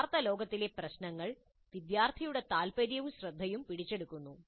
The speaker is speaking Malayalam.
യഥാർത്ഥ ലോകത്തിലെ പ്രശ്നങ്ങൾ വിദ്യാർത്ഥിയുടെ താൽപ്പര്യവും ശ്രദ്ധയും പിടിച്ചെടുക്കുന്നു